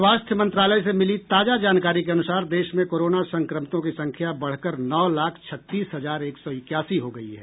स्वास्थ्य मंत्रालय से मिली ताजा जानकारी के अनूसार देश में कोरोना संक्रमितों की संख्या बढ़कर नौ लाख छत्तीस हजार एक सौ इकयासी हो गई है